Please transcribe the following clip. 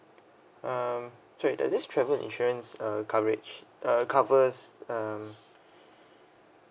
um sorry does this travel insurance uh coverage uh covers um